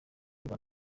ry’u